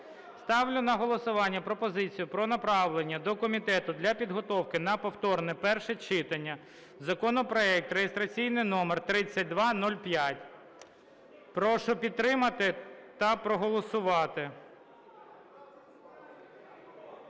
Ставлю на голосування пропозицію про направлення до комітету для підготовки на повторне перше читання законопроект реєстраційний номер 3205. Прошу підтримати та проголосувати.